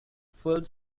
filled